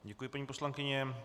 Děkuji, paní poslankyně.